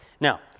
Now